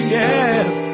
yes